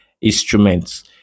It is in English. instruments